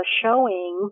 showing